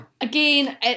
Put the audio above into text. Again